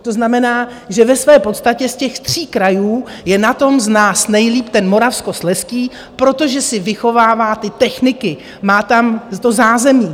To znamená, že ve své podstatě z těch tří krajů je na tom z nás nejlíp ten Moravskoslezský, protože si vychovává ty techniky, má tam to zázemí.